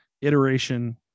iteration